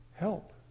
help